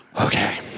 Okay